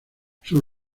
sus